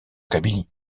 kabylie